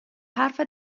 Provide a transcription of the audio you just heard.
حرفت